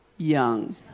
Young